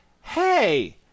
hey –